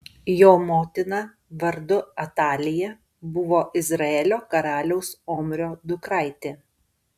jo motina vardu atalija buvo izraelio karaliaus omrio dukraitė